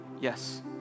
Yes